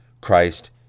Christ